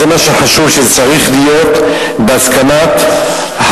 זה מה שחשוב, שזה צריך להיות בהסכמת בית-הדין,